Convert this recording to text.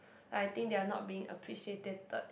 I think they are not being appreciated